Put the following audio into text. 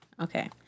Okay